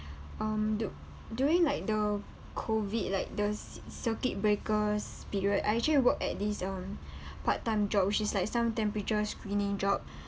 um du~ during like the COVID like the c~ circuit breakers period I actually worked at this um part time job which is like some temperature screening job